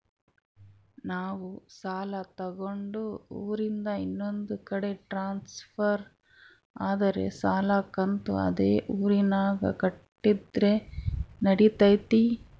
ನಾವು ಸಾಲ ತಗೊಂಡು ಊರಿಂದ ಇನ್ನೊಂದು ಕಡೆ ಟ್ರಾನ್ಸ್ಫರ್ ಆದರೆ ಸಾಲ ಕಂತು ಅದೇ ಊರಿನಾಗ ಕಟ್ಟಿದ್ರ ನಡಿತೈತಿ?